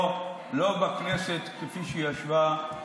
לא בכנסת כפי שישבה,